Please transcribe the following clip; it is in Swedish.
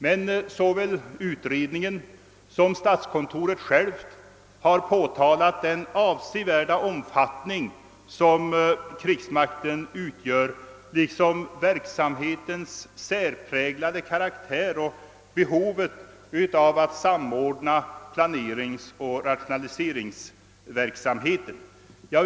Men såväl utredningen som statskontoret har pekat på den avsevärda omfattning som krigsmakten har. Man har även pekat på verksamhetens särpräglade karaktär och på behovet av att samordna planeringsoch rationaliseringsverksamheten.